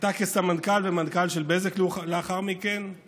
הייתה כסמנכ"ל ולאחר מכן מנכ"ל של בזק.